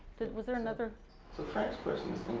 was there's another so frank's question is